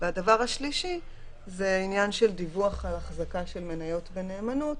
הדבר השלישי זה עניין דיווח על החזקה של מניות בנאמנות,